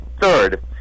Third